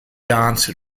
dance